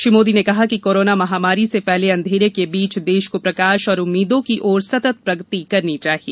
श्री मोदी ने कहा कि कोरोना महामारी से फैले अंधेरे के बीच देश को प्रकाश और उम्मीदों की ओर सतत प्रगति करनी चाहिए